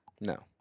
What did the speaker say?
No